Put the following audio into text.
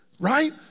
right